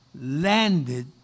landed